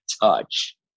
touch